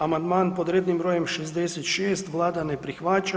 Amandman pod rednim brojem 66 Vlada ne prihvaća.